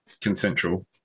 consensual